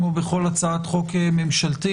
כמו בכל הצעת חוק ממשלתית,